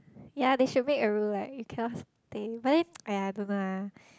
ya they should make a rule like you cannot stay but then !aiya! I don't know ah